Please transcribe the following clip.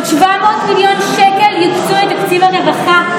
עוד 700 מיליון שקל יוקצבו לתקציב הרווחה,